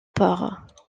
port